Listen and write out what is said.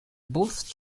both